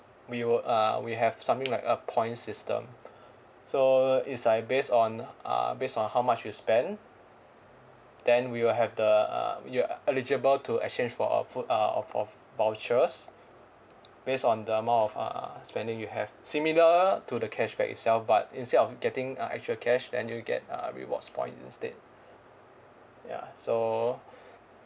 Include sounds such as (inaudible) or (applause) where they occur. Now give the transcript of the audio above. we will uh we have something like a points system (breath) so it's like based on uh based on how much you spend then we will have the uh you're eligible to exchange for our food uh of of vouchers based on the amount of uh spending you have similar to the cashback itself but instead of getting a actual cash then you get a rewards point instead ya so (breath)